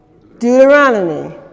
Deuteronomy